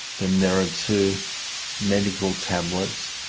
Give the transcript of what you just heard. then there are two medical tablets.